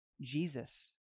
Jesus